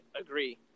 agree